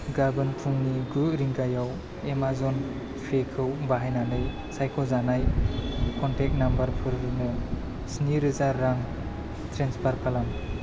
गाबोन फुंनि गु रिंगायाव एमाजन पेखौ बाहायनानै सायख'जानाय क'नटेक्ट नाम्बारफोरनो स्निरोजा रां ट्रेन्सफार खालाम